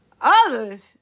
Others